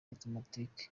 automatic